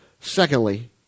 Secondly